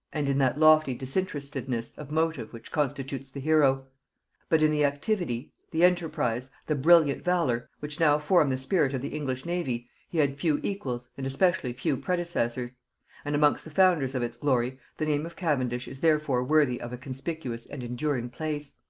and in that lofty disinterestedness of motive which constitutes the hero but in the activity, the enterprise, the brilliant valor, which now form the spirit of the english navy, he had few equals and especially few predecessors and amongst the founders of its glory the name of cavendish is therefore worthy of a conspicuous and enduring place.